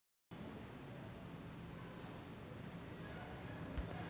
कर्ज आहार हा लोकप्रिय कर्ज व्यवस्थापन योजनेचा संदर्भ देतो